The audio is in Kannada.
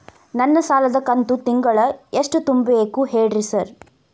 ನನ್ನ ಸಾಲದ ಕಂತು ತಿಂಗಳ ಎಷ್ಟ ತುಂಬಬೇಕು ಹೇಳ್ರಿ?